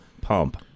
pump